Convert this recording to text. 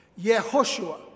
Yehoshua